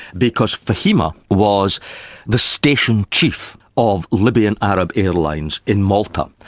because fahima was the station chief of libyan arab airlines in malta,